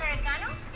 Americano